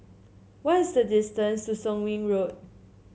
what is the distance to Soon Wing Road